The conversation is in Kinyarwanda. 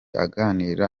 aganira